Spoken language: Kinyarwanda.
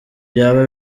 byaba